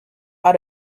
out